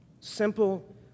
Simple